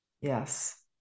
Yes